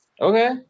Okay